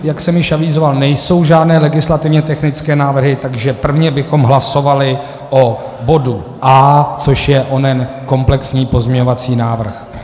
Jak jsem již avizoval, nejsou žádné legislativně technické návrhy, takže prvně bychom hlasovali o bodu A, což je onen komplexní pozměňovací návrh.